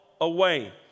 away